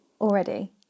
already